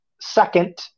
second